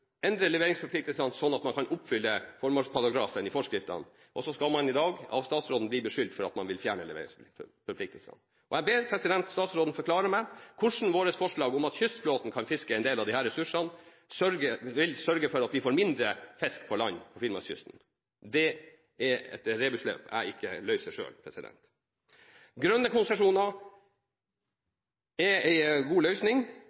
endre leveringsforpliktelsene, sånn at man kan oppfylle formålsparagrafen i forskriften, blir man i dag beskyldt av statsråden for å ville fjerne leveringsforpliktelsene. Jeg ber statsråden forklare meg hvordan vårt forslag om at kystflåten kan fiske en del av disse ressursene, vil gjøre at vi får mindre mengde fisk på land langs Finnmarkskysten. Det er et rebusløp jeg ikke løser selv. Grønne konsesjoner er en god